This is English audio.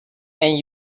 and